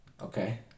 Okay